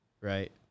right